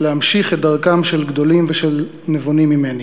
להמשיך את דרכם של גדולים ושל נבונים ממני.